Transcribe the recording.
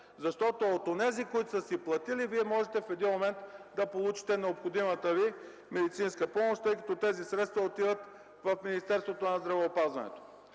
защото от онези, които са си платили, Вие можете в един момент да получите необходимата Ви медицинска помощ, тъй като тези средства отиват в Министерството на здравеопазването”.